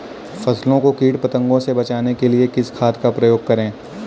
फसलों को कीट पतंगों से बचाने के लिए किस खाद का प्रयोग करें?